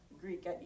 Greek